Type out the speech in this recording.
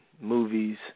movies